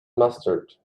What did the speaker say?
mustard